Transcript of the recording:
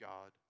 God